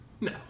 No